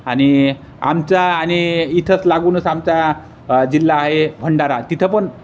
आणि आमचा आणि इथंच लागूनच आमचा जिल्हा आहे भंडारा तिथं पण